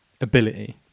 ability